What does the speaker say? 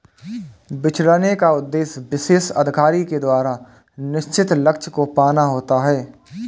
बिछड़ने का उद्देश्य विशेष अधिकारी के द्वारा निश्चित लक्ष्य को पाना होता है